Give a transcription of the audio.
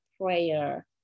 prayer